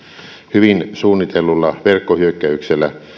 hyvin suunnitellulla verkkohyökkäyksellä